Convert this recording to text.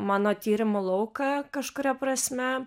mano tyrimo lauką kažkuria prasme